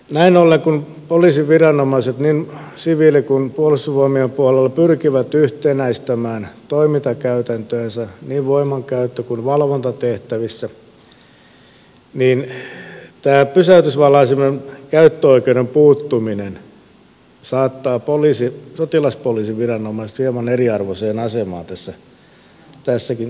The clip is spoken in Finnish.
näin ollen kun poliisiviranomaiset niin siviili kuin puolustusvoi mien puolella pyrkivät yhtenäistämään toimintakäytäntöjänsä niin voimankäyttö kuin valvontatehtävissä tämä pysäytysvalaisimen käyttöoikeuden puuttuminen saattaa sotilaspoliisiviranomaiset hieman eriarvoiseen asemaan tässä tapauksessa